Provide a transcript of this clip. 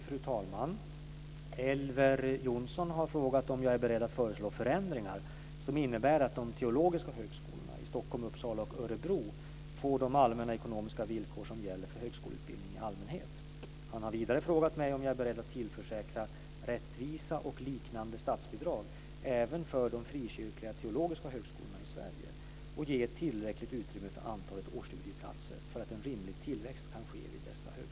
Fru talman! Elver Jonsson har frågat om jag är beredd att föreslå förändringar som innebär att de teologiska högskolorna i Stockholm, Uppsala och Örebro får de allmänna ekonomiska villkor som gäller för högskoleutbildning i allmänhet. Han har vidare frågat mig om jag är beredd att tillförsäkra rättvisa och liknande statsbidrag även för de frikyrkliga teologiska högskolorna i Sverige och ge ett tillräckligt utrymme för antalet årsstudieplatser för att rimlig tillväxt kan ske vid dessa högskolor.